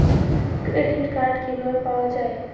Credit card কিভাবে পাওয়া য়ায়?